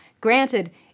granted